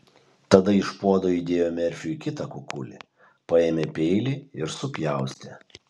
tada iš puodo įdėjo merfiui kitą kukulį paėmė peilį ir supjaustė